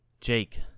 Jake